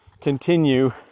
continue